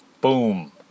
Boom